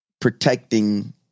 protecting